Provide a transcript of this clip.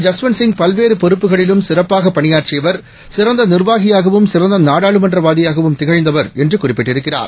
ஜஸ்வந்த்சிங்பல்வேறுபொறுப்புகளிலும்சிறப்பாகபணி யாற்றியவர் சிறந்தநிர்வாகியாகவும் சிறந்தநாடாளுமன்றவாதியாகவும்திகழ்ந்தவர்என்றுகுறிப்பிட் டிருக்கிறார்